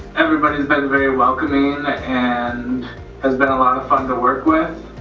everybody's been very welcoming and has been a lot of fun to work with.